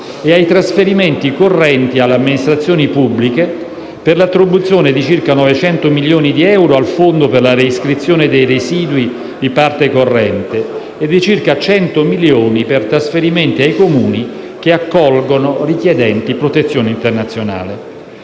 e ai trasferimenti correnti alle amministrazioni pubbliche per l'attribuzione di circa 900 milioni di euro al Fondo per la reiscrizione dei residui di parte corrente e di circa 100 milioni per trasferimenti ai Comuni che accolgono richiedenti protezione internazionale.